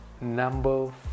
Number